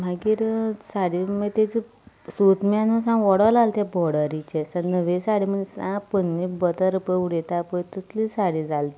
मागीर साडी मागीर ताजी सुतां बी ताची ओडपाक लागलीं बोर्डरीचें सामकी नवी साडी पूण साप पोन्नें बतर पळय उडयता पळय तसली साडी जाली साडी जाली ती